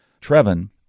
Trevin